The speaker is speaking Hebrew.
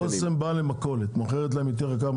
נגיד אסם באה למכולת, מוכרת להם יותר יקר?